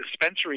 dispensary